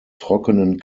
trockenen